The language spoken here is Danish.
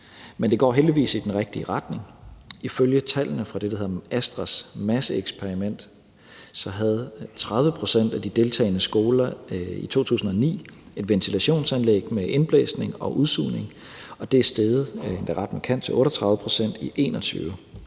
men det går heldigvis i den rigtige retning. Ifølge tallene fra Astras Masseeksperiment havde 30 pct. af de deltagende skoler i 2009 et ventilationsanlæg med indblæsning og udsugning, og det er steget, endda ret markant, til 38 pct. i 2021.